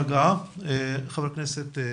חבר הכנסת קלנר,